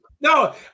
No